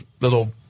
little